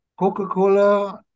Coca-Cola